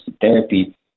therapy